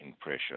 pressure